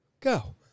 Go